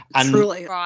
Truly